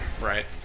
Right